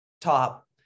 top